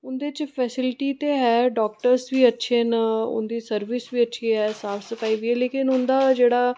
उं'दे च फैसलटी ते है डाक्टर्स बी अच्छे न उं'दी सर्विस बी अच्छी ऐ साफ सफाई बी ऐ लेकिन उं'दा जेह्ड़ा